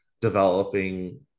developing